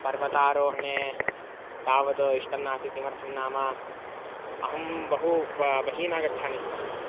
पर्वतारोहणे तावद् इष्टं नासीत् किमर्थं नाम अहं बहु ब बहिः न गच्छामि स्म